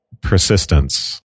persistence